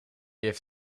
heeft